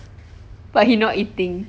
he miss his mummy lah